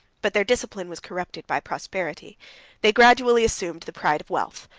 but their discipline was corrupted by prosperity they gradually assumed the pride of wealth,